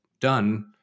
done